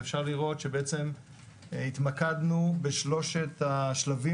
אפשר לראות שבעצם התמקדנו בשלושת השלבים